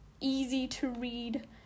easy-to-read